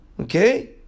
Okay